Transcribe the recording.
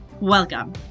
Welcome